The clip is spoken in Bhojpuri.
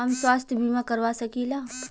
हम स्वास्थ्य बीमा करवा सकी ला?